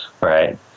right